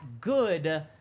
good